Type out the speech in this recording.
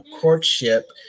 courtship